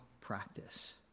practice